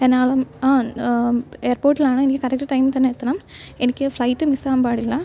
എറണാകുളം എയർപ്പോർട്ടിലാണ് എനിക്ക് കറക്റ്റ് ടൈമില്ത്തന്നെ എത്തണം എനിക്ക് ഫ്ലൈറ്റ് മിസ് ആകാൻ പാടില്ല